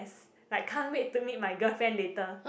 like can't wait to meet my girlfriend later